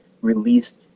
released